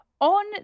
on